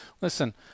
Listen